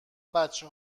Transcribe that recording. بچه